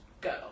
go